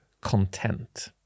content